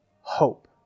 hope